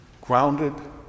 grounded